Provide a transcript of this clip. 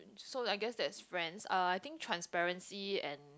so I guess that's friends uh I think transparency and